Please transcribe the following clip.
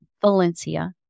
Valencia